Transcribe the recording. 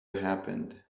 happened